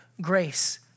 grace